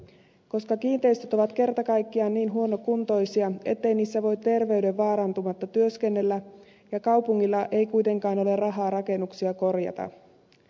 koska kiinteistöt ovat kerta kaikkiaan niin huonokuntoisia ettei niissä voi terveyden vaarantumatta työskennellä ja kaupungilla ei kuitenkaan ole rahaa rakennuksia korjata